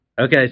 Okay